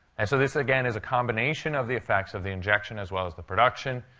and so this, again, is a combination of the effects of the injection as well as the production.